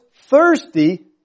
thirsty